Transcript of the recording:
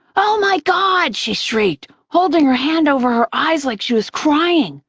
oh my god! she shrieked, holding her hand over her eyes like she was crying.